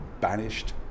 banished